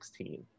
2016